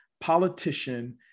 politician